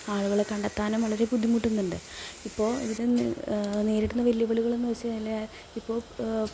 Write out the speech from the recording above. ആളുകളെ കണ്ടെത്താനും വളരെ ബുദ്ധിമുട്ടുന്നുണ്ട് ഇപ്പോൾ ഇതിൽ നേരിടുന്ന വെല്ലുവിളികൾ എന്ന് വച്ചു കഴിഞ്ഞാൽ ഇപ്പോൾ